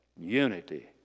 unity